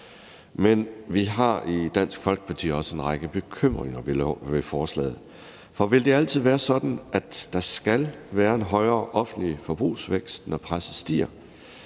Men vi har i Dansk Folkeparti også en række bekymringer ved forslaget. For vil det altid være sådan, at der skal være en højere offentlig forbrugsvækst, når presset stiger?